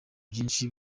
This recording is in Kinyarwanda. byinshi